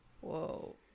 Whoa